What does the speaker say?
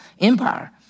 empire